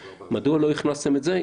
מדוע לא הכנסתם את זה?